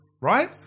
right